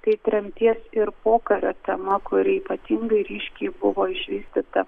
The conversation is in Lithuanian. tai tremties ir pokario tema kuri ypatingai ryškiai buvo išvystyta